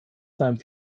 seinem